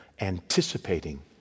anticipating